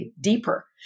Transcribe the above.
deeper